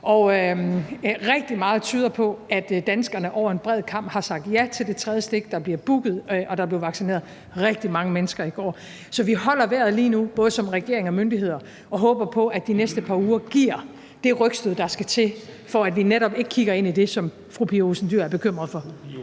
Rigtig meget tyder på, at danskerne over en bred kam har sagt ja til det tredje stik – der bliver booket mange tider, og der blev vaccineret rigtig mange mennesker i går – så vi holder vejret lige nu, både i regeringen og hos myndighederne, og håber på, at de næste par uger giver det rygstød, der skal til, for at vi netop ikke kigger ind i det, som fru Pia Olsen Dyhr er bekymret for.